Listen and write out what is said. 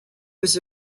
was